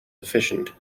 efficient